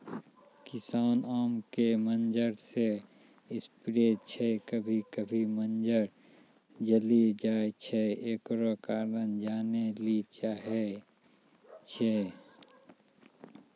किसान आम के मंजर जे स्प्रे छैय कभी कभी मंजर जली जाय छैय, एकरो कारण जाने ली चाहेय छैय?